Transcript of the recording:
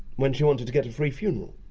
when she wanted to get a free funeral!